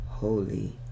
Holy